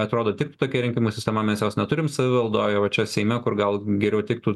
atrodo tiktų tokia rinkimų sistema mes jos neturim savivaldoj o čia seime kur gal geriau tiktų